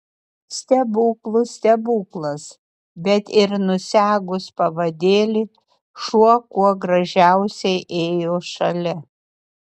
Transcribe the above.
stebuklų stebuklas bet ir nusegus pavadėlį šuo kuo gražiausiai ėjo šalia